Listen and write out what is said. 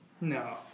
No